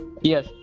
Yes